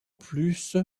plus